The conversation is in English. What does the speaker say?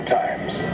times